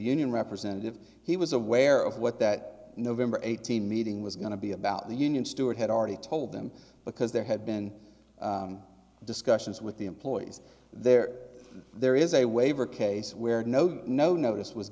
union representative he was aware of what that november eighteenth meeting was going to be about the union steward had already told them because there had been discussions with the employees there there is a waiver case where note no notice was